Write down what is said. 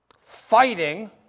fighting